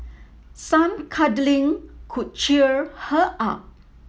some cuddling could cheer her up